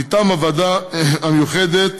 מטעם הוועדה המיוחדת,